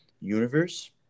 universe